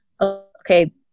okay